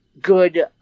good